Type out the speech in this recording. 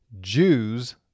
Jews